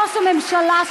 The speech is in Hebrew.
ראש הממשלה,